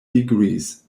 degrees